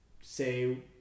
say